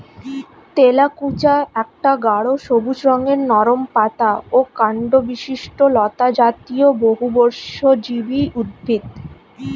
তেলাকুচা একটা গাঢ় সবুজ রঙের নরম পাতা ও কাণ্ডবিশিষ্ট লতাজাতীয় বহুবর্ষজীবী উদ্ভিদ